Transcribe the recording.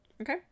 okay